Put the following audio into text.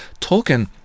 Tolkien